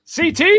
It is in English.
CT